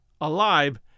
alive